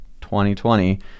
2020